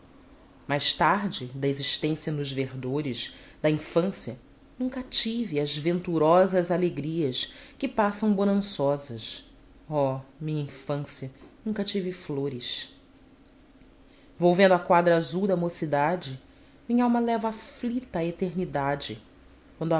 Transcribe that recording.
mais tarde da existência nos verdores da infância nunca tive as venturosas alegrias que passam